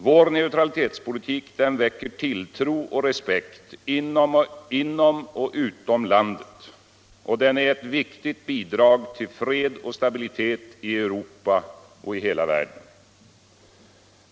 Vår neutralitetspolitik väcker tilltro och respekt inom och utom landet, och den är ett viktigt bidrag till fred och stabilitet i Europa och den övriga världen.